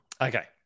Okay